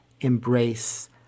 embrace